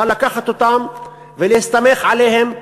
אבל לקחת אותם ולהסתמך עליהם,